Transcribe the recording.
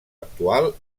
actual